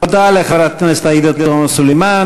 תודה לחברת הכנסת עאידה תומא סלימאן.